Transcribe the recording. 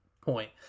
point